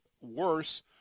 Worse